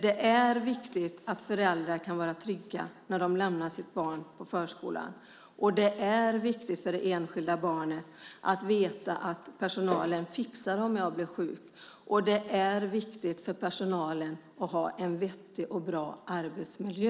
Det är viktigt att föräldrar kan vara trygga när de lämnar sitt barn på förskolan, det är viktigt för det enskilda barnet att veta att personalen fixar att hjälpa barnet om det blir sjukt, och det är viktigt för personalen att ha en vettig och bra arbetsmiljö.